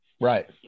Right